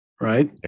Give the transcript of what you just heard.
Right